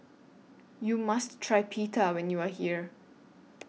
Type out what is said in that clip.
YOU must Try Pita when YOU Are here